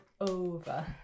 over